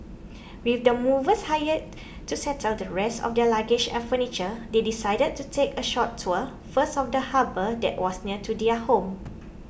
with the movers hired to settle the rest of their luggage and furniture they decided to take a short tour first of the harbour that was near to their home